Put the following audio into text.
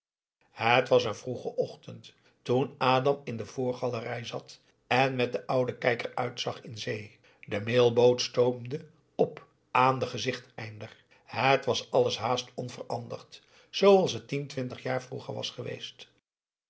het was een vroegen ochtend toen adam in de voorgalerij zat en met den ouden kijker uitzag in zee de mailboot stoomde op aan den gezichteinder het was alles haast onveranderd zooals het tien twintig jaar vroeger was geweest